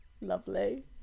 Lovely